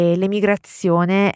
l'emigrazione